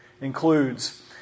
includes